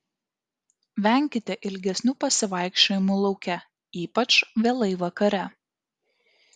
venkite ilgesnių pasivaikščiojimų lauke ypač vėlai vakare